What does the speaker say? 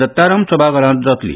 दत्ताराम सभाघरांत जातली